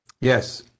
Yes